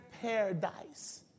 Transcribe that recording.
paradise